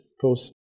post